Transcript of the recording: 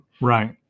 right